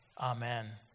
Amen